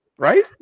Right